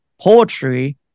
poetry